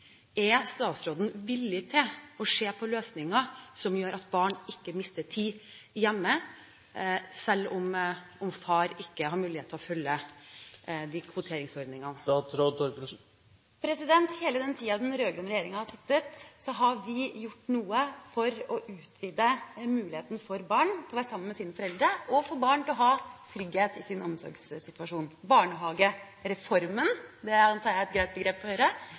Er statsråden villig til å se på løsninger som gjør at barn ikke mister tid hjemme, selv om far ikke har mulighet til å følge kvoteringsordningene? Hele den tida den rød-grønne regjeringa har sittet, har vi gjort noe for å utvide muligheten for barn til å være sammen med sine foreldre og for barn til å ha trygghet i sin omsorgssituasjon. Barnehagereformen – det antar jeg er et greit begrep